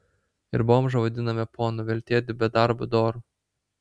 ir bomžą vadiname ponu veltėdį be darbo doru